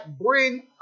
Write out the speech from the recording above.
bring